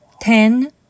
Ten